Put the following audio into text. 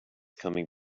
coming